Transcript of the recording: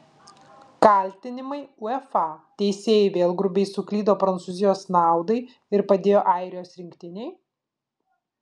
kaltinimai uefa teisėjai vėl grubiai suklydo prancūzijos naudai ir padėjo airijos rinktinei